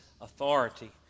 authority